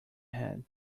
head